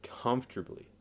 comfortably